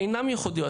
אינן ייחודיות.